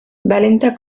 valenta